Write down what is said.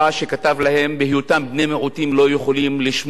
שכתב להם שבהיותם בני מיעוטים הם לא יכולים לשמור,